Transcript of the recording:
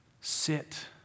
sit